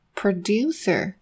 producer